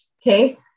Okay